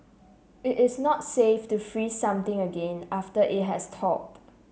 it is not safe to freeze something again after it has thawed